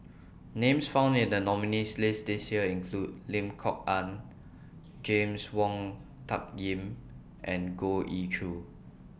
Names found in The nominees' list This Year include Lim Kok Ann James Wong Tuck Yim and Goh Ee Choo